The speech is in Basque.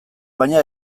baina